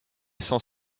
sans